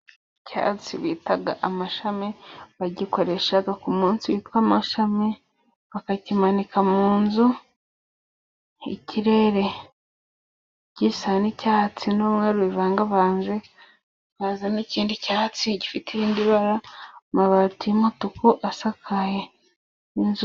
Icyatsi bita amashami bagikoreshaga ku munsi witwa amashami, bakakimanika mu nzu. Ikirere gisa n n' icyatsi n'umweru bivangavanze, hakazan' ikindi cyatsi gifite irindi bara, amabati y'umutuku asakaye n inzu.